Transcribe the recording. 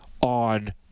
on